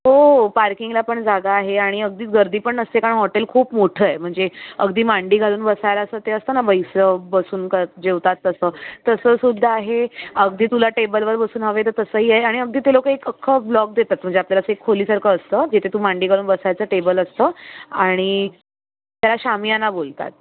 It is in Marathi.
हो पार्किंगला पण जागा आहे आणि अगदीच गर्दी पण नसते कारण हॉटेल खूप मोठं आहे म्हणजे अगदी मांडी घालून बसायला ते असं असत ना बैस बसून क जेवतात तसं तसंसुद्धा आहे अगदी तुला टेबलवर बसून हवे तसंही आहे आणि अगदी ते लोकं एक अख्खा ब्लॉक देतात म्हणजे आपल्याला खोलीसारखं असत तिथे तू मांडी घालून बसायचं टेबल असतो आणि त्याला शामियाना बोलतात